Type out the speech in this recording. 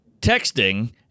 texting